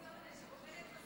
משכורת.